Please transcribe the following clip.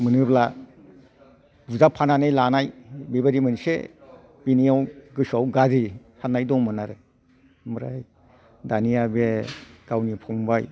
मोनोब्ला बुजाबफानानै लानाय बेबायदि मोनसे बिनियाव गोसोयाव गाज्रि साननाय दङमोन आरो ओमफ्राय दानिया बे गावनि फंबाय